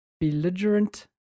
belligerent